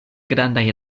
grandaj